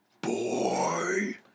Boy